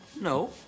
No